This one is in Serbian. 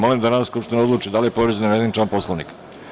Molim da Narodna skupština odluči da li je povređen navedeni član Poslovnika.